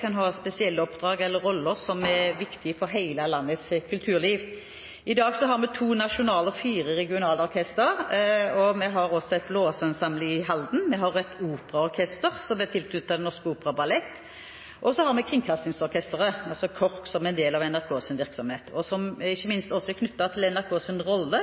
kan ha spesielle oppdrag eller roller som er viktig for hele landets kulturliv. I dag har vi to nasjonale og fire regionale orkestre. Vi har et blåseensemble i Halden. Vi har et operaorkester som er tilknyttet Den Norske Opera & Ballett. Og så har vi Kringkastingsorkesteret, KORK, som er en del av NRKs virksomhet – og som ikke minst er knyttet til NRKs rolle